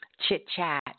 chit-chat